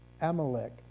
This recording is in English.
Amalek